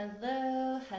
hello